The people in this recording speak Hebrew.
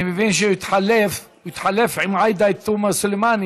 אני מבין שהוא התחלף עם עאידה תומא סלימאן,